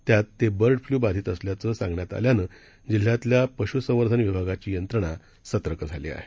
त्यात ते bird flu बाधित असल्याच सांगण्यात आल्यानं जिल्ह्यातील पशुसंवर्धन विभागाची यंत्रणा सतर्क झाली आहे